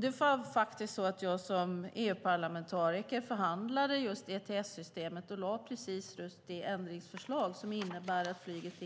Det var faktiskt så att jag som EU-parlamentariker förhandlade just EPS-systemet och lade fram just det ändringsförslag som innebär att flyget